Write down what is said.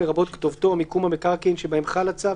לרבות כתובתו או מיקום המקרקעין שבהם צו הצו,